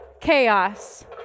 chaos